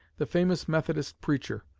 the famous methodist preacher.